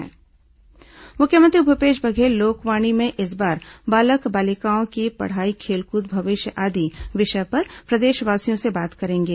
लोकवाणी मुख्यमंत्री भूपेश बघेल लोकवाणी में इस बार बालक बालिकाओं की पढ़ाई खेलकूद भविष्य आदि विषय पर प्रदेशवासियों से बात करेंगे